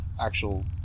actual